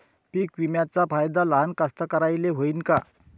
पीक विम्याचा फायदा लहान कास्तकाराइले होईन का?